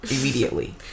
immediately